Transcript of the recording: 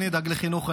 אני אדאג לחינוך,